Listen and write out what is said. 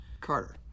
Carter